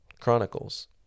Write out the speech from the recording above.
Chronicles